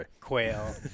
quail